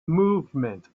movement